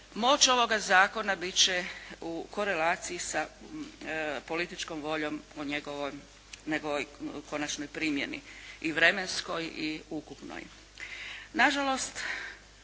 moć ovoga zakona bit će u korelaciji sa političkom voljom o njegovoj konačnoj primjeni i vremenskoj i ukupnoj.